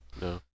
no